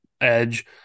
edge